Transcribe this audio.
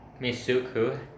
Misuku